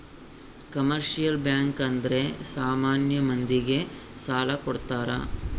commercial bank ಅಂದ್ರೆ ಸಾಮಾನ್ಯ ಮಂದಿ ಗೆ ಸಾಲ ಕೊಡ್ತಾರ